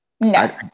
No